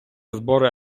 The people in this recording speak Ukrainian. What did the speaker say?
збори